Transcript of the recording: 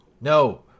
No